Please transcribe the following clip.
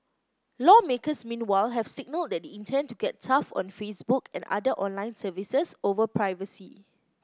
lawmakers meanwhile have signalled that intend to get tough on Facebook and other online services over privacy